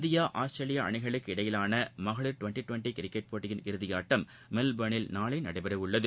India Australia அணிகளுக்கிடையேயான மகளிர் twenty twenty cricket போட்டியின் இறுதி ஆட்டம் மெல்போர்னில் நாளை நடைபெற உள்ளது